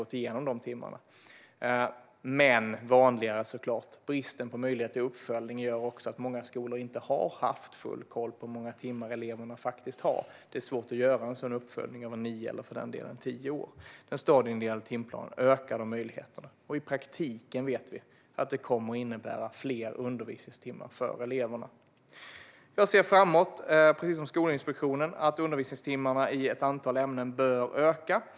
Det som såklart är vanligare är att bristen på möjlighet till uppföljning gör att många skolor inte har haft full koll på hur många timmar eleverna faktiskt har. Det är svårt att göra en sådan uppföljning av nio, eller för den delen tio, år. Den stadieindelade timplanen ökar dessa möjligheter. I praktiken vet vi att det kommer att innebära fler undervisningstimmar för eleverna. Jag anser, precis som Skolinspektionen, att undervisningstimmarna i ett antal ämnen bör öka framöver.